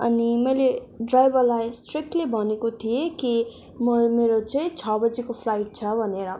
अनि मैले ड्राइभरलाई स्ट्रिकली भनेको थिएँ कि म मेरो चाहिँ छ बजीको फ्लाइट छ भनेर